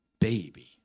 baby